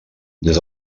des